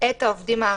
את העובדים הערבים.